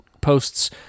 posts